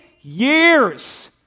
years